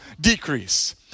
decrease